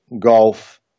golf